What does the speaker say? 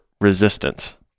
resistance